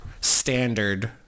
standard